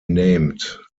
named